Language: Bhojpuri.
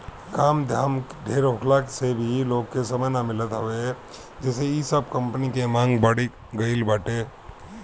काम धाम ढेर होखला से भी लोग के समय ना मिलत हवे जेसे इ सब कंपनी के मांग बढ़ गईल बाटे